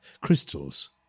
crystals